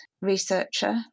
Researcher